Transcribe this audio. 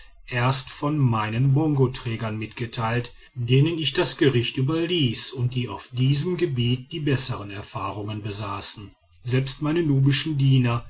erst von meinen bongoträgern mitgeteilt denen ich das gericht überließ und die auf diesem gebiet die bessere erfahrung besaßen selbst meine nubischen diener